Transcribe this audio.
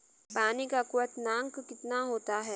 पानी का क्वथनांक कितना होता है?